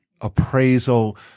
appraisal